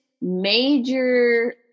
major